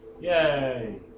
Yay